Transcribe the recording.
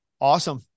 Awesome